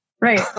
Right